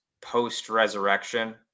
post-resurrection